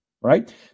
right